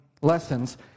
lessons